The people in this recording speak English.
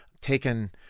taken